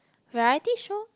variety show